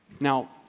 Now